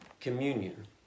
communion